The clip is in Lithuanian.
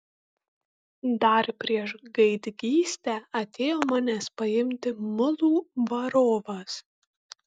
dar prieš gaidgystę atėjo manęs paimti mulų varovas